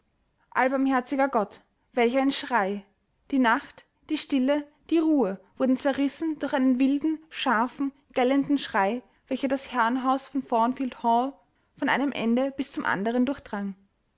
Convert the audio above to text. gott welch ein schrei die nacht die stille die ruhe wurden zerrissen durch einen wilden scharfen gellenden schrei welcher das herrenhaus von thornfield hall von einem ende bis zum andern durchdrang